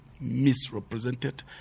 misrepresented